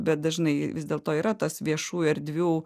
bet dažnai vis dėlto yra tas viešųjų erdvių